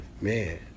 Man